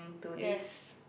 yes